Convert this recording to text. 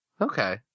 Okay